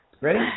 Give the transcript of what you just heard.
Ready